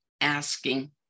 asking